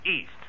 East